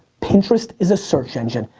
pinterest is a search engine.